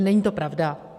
Není to pravda.